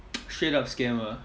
straight up scam ah